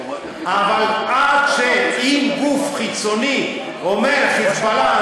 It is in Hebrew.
אבל אם גוף חיצוני אומר: חיזבאללה,